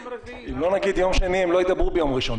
אם לא נגיד יום שני, הם לא ידברו ביום ראשון.